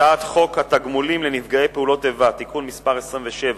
הצעת החוק שוויון ההזדמנויות בעבודה (תיקון מס' 13),